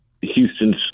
Houston's